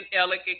elegant